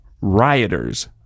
rioters